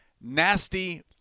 nasty